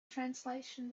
translation